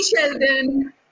Sheldon